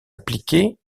appliquées